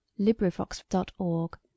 LibriVox.org